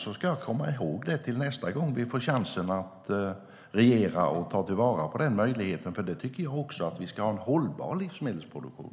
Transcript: Det ska jag komma ihåg till nästa gång vi får chansen att regera och att ta till vara den möjligheten, för jag tycker också att vi ska ha en hållbar livsmedelsproduktion.